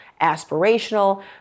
aspirational